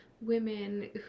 women